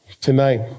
tonight